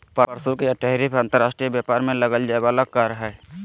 प्रशुल्क या टैरिफ अंतर्राष्ट्रीय व्यापार में लगल जाय वला कर हइ